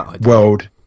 world